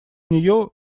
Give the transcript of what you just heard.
нее